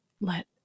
let